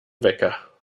wecker